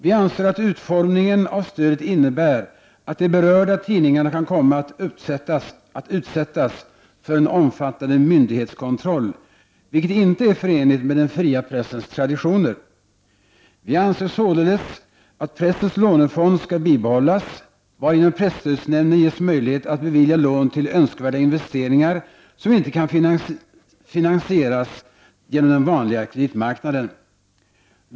Vi anser att utformningen av stödet innebär att de berörda tidningarna kan komma att utsättas för en omfattande myndighetskontroll, vilket inte är förenligt med den fria pressens traditioner. Vi anser således att pressens lånefond skall bibehållas, varigenom presstödsnämnden ges möjlighet att bevilja lån till önskvärda investeringar, som inte kan finansieras genom den vanliga kreditmarknaden.